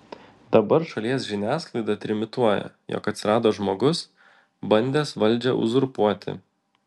dabar šalies žiniasklaida trimituoja jog atsirado žmogus bandęs valdžią uzurpuoti